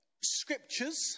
scriptures